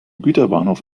güterbahnhof